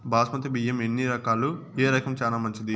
బాస్మతి బియ్యం ఎన్ని రకాలు, ఏ రకం చానా మంచిది?